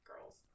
girls